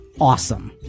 awesome